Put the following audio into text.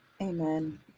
Amen